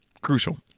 crucial